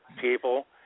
people